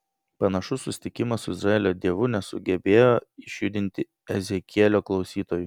panašus susitikimas su izraelio dievu nesugebėjo išjudinti ezekielio klausytojų